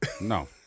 No